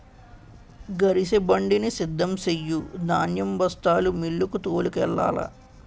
గరిసెబండిని సిద్ధం సెయ్యు ధాన్యం బస్తాలు మిల్లుకు తోలుకెల్లాల